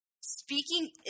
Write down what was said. speaking